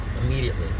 immediately